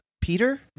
Peter